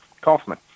kaufman